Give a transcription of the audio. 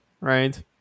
right